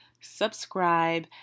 subscribe